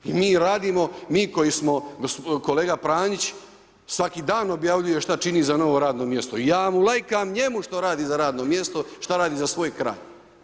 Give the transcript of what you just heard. Mi radimo, mi koji smo kolega Pranić svaki dan objavljuje šta čini za novo radno mjesto i ja mu lajkam njemu što radi za radno mjesto, šta radi za svoj kraj.